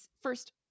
first –